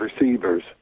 receivers